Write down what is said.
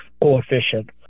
coefficient